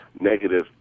negative